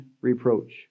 reproach